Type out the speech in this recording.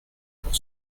pour